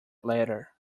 letter